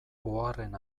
oharren